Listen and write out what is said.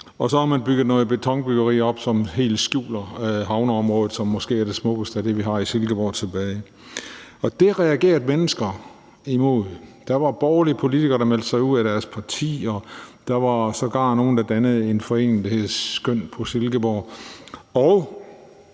og så har man bygget noget betonbyggeri op, som helt skjuler havneområdet, som måske er det smukkeste af det, vi har tilbage i Silkeborg. Og det reagerede mennesker imod. Der var borgerlige politikere, der meldte sig ud af deres parti, der var sågar nogle, der dannede en forening, der hed Skøn på Silkeborg,